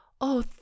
Oh